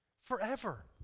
Forever